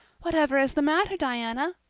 whatever is the matter, diana?